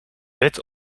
bed